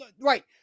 Right